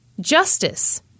Justice